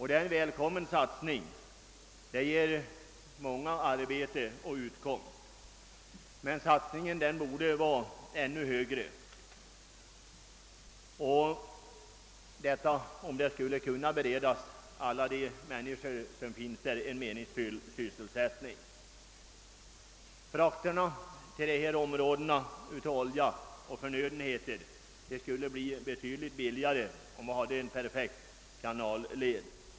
Den satsningen är mycket välkommen och ger många människor arbete och utkomst, men den måste vara ännu kraftigare om alla människor där skall kunna beredas en meningsfylld sysselsättning. Frakterna på olja och andra förnödenheter till dessa områden skulle också bli betydligt billigare, om det fanns en perfekt kanalväg.